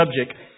subject